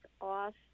off